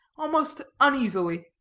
almost uneasily.